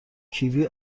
کیوی